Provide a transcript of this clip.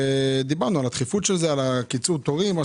ודיברנו על הדחיפות של זה ועל קיצור התורים.